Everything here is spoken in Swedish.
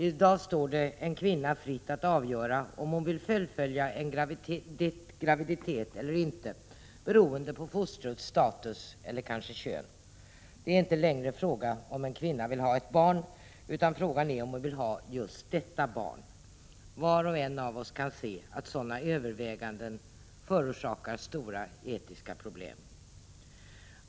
I dag står det en kvinna fritt att avgöra om hon vill fullfölja en graviditet eller inte beroende på fostrets status eller kanske kön. Det är inte längre fråga om hon vill ha ett barn, utan frågan är om hon vill ha just detta barn. Var och en av oss kan se att sådana överväganden förorsakar stora etiska problem.